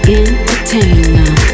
entertainer